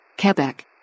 Quebec